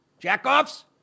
jackoffs